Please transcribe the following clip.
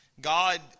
God